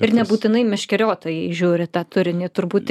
ir nebūtinai meškeriotojai žiūri tą turinį turbūt